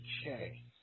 Okay